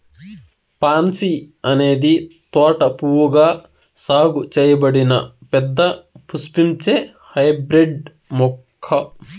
pansy అనేది తోట పువ్వుగా సాగు చేయబడిన పెద్ద పుష్పించే హైబ్రిడ్ మొక్క